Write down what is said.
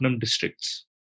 districts